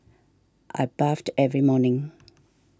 I bathed every morning